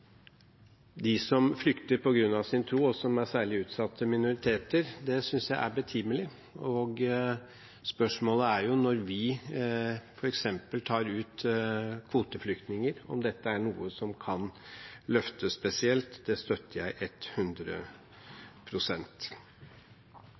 De reelle rettighetene mangler i enda flere land. Representanten Solhjell tok opp spørsmålet om dem som flykter på grunn av sin tro, og som er særlig utsatte minoriteter. Det synes jeg er betimelig. Spørsmålet er jo, når vi f.eks. tar ut kvoteflyktninger, om dette er noe som kan